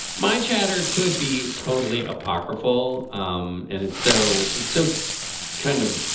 my chatter could be totally apocryphal um and it's so it's so kind of